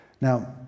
Now